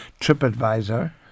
TripAdvisor